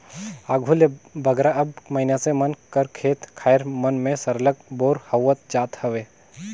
आघु ले बगरा अब मइनसे मन कर खेत खाएर मन में सरलग बोर होवत जात हवे